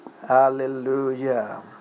Hallelujah